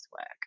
work